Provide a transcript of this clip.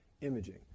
imaging